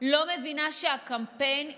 לא מבינה שהקמפיין הסתיים.